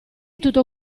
tutto